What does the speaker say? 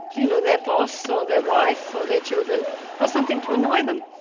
you know, their boss or their wife or their children or something to annoy them.